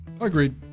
agreed